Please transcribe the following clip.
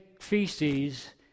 feces